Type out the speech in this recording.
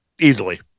Easily